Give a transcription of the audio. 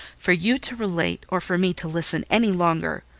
for you to relate, or for me to listen any longer.